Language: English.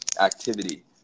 activity